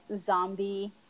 zombie